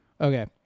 Okay